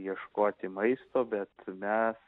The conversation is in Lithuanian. ieškoti maisto bet mes